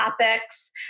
topics